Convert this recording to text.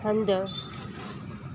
हंधि